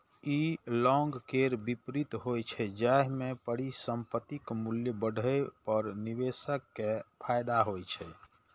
ई long केर विपरीत होइ छै, जाहि मे परिसंपत्तिक मूल्य बढ़ै पर निवेशक कें फायदा होइ छै